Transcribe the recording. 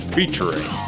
Featuring